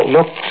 Look